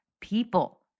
people